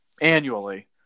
annually